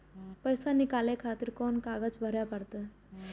पैसा नीकाले खातिर कोन कागज भरे परतें?